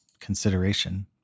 consideration